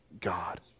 God